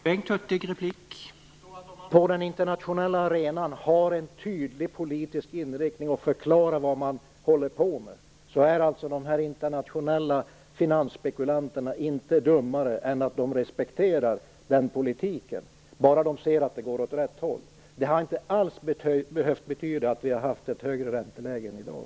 Herr talman! Om man på den internationella arenan har en tydlig politisk inriktning och förklarar vad man håller på med, så är de internationella finansspekulanterna inte dummare än att de respekterar den politiken bara de ser att det hela går åt rätt håll. Det hade inte alls behövt betyda att vi hade haft ett högre ränteläge i dag.